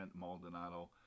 Maldonado